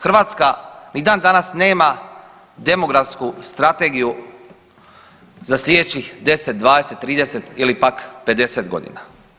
Hrvatska ni dan danas nema demografsku strategiju za slijedećih 10, 20, 30 ili pak 50.g.